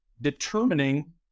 determining